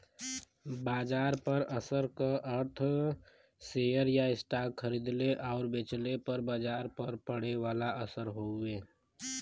बाजार पर असर क अर्थ शेयर या स्टॉक खरीदले आउर बेचले पर बाजार पर पड़े वाला असर हउवे